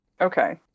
Okay